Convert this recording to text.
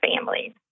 families